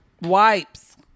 Wipes